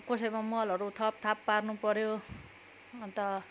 कसैकोमा मलहरू थपथाप पार्नु पऱ्यो अन्त